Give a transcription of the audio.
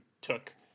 took